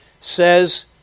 says